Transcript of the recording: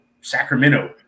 sacramento